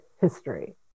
history